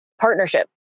partnership